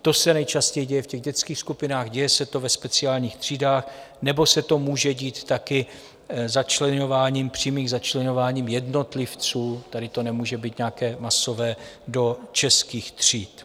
To se nejčastěji děje v dětských skupinách, děje se to ve speciálních třídách nebo se to může dít také začleňováním, přímým začleňováním jednotlivců tady to nemůže být nějaké masové do českých tříd.